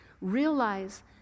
realize